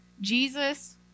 Jesus